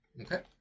okay